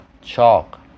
Chalk